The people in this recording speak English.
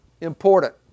important